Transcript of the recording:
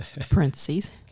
parentheses